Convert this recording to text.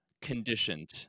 conditioned